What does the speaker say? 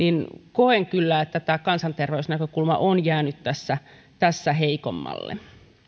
koen kyllä että tämä kansanterveysnäkökulma on jäänyt tässä tässä heikommalle